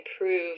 improve